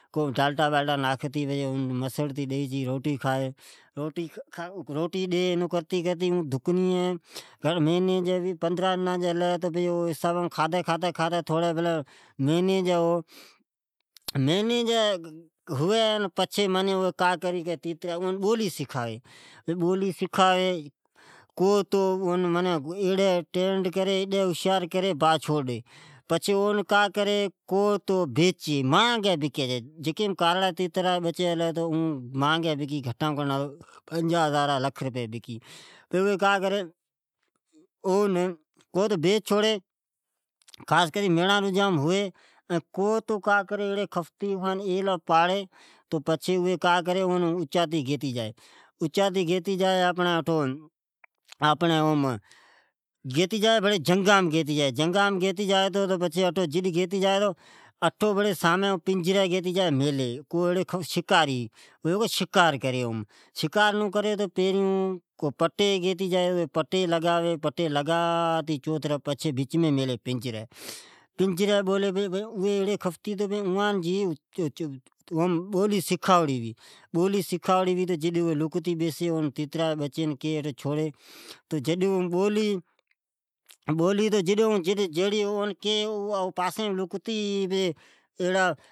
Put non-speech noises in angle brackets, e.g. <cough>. روٹی ڈالٹا مینچورھئی کرتے ناکھی روٹی ڈی، روٹی کھائی۔ مھنی جی ھوی یا پندران دان جئ ھوی پچھے اون بولی سکھئی ۔ کو توایری ٹنڈ کری جکو بات چھوڑ ڈی، چھے کو تو پالی کو تو بیچےجام مانگی بکی چھے جکام"کارڑا تیتر"تو جام مانگا ھے گھٹ مہ گھٹ 50 ہزار جی بکی۔ ڈجی کا کری اوی ایڑی کھفتے ھئ جکو اون اچتاے گیتے جائی <hesitation> جنگام اٹو پٹے ڈجی لگائی این پنجرین اٹھو مہلی اوجی چوطرف پٹےلگائی بچامین میلی پنجری پچھے شکار کراون بچین بالائی ایڑی بولی کری جکو ڈجی تیتر سنڑی